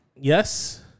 Yes